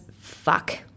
fuck